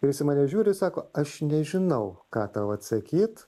jis į mane žiūri sako aš nežinau ką tau atsakyt